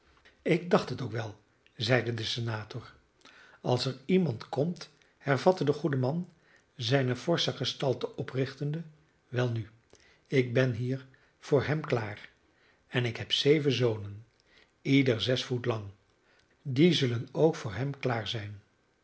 ik dacht het ook wel zeide de senator als er iemand komt hervatte de goede man zijne forsche gestalte oprichtende welnu ik ben hier voor hem klaar en ik heb zeven zonen ieder zes voet lang die zullen ook voor hem klaar zijn